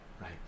Right